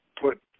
put